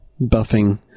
buffing